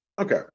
Okay